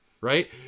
Right